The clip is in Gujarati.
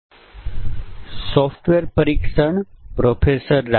આ સત્રમાં આપનું સ્વાગત છે